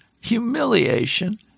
humiliation